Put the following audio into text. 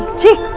to